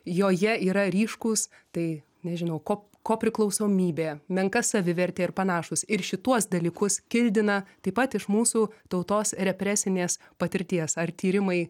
joje yra ryškūs tai nežinau ko ko priklausomybė menka savivertė ir panašūs ir šituos dalykus kildina taip pat iš mūsų tautos represinės patirties ar tyrimai